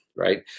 Right